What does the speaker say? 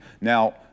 Now